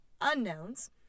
unknowns